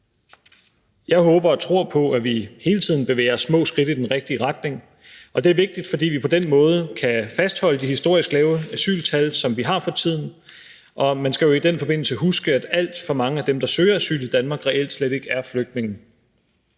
Jeg håber og tror på, at vi hele tiden bevæger os med små skridt i den rigtige retning, og det er vigtigt, fordi vi på den måde kan fastholde de historisk lave asyltal, som vi har for tiden, og man skal jo i den forbindelse huske, at alt for mange af dem, der søger asyl i Danmark, reelt ikke er flygtninge.